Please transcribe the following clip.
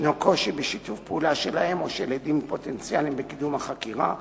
ישנו קושי בשיתוף פעולה שלהם או של עדים פוטנציאליים בקידום החקירה,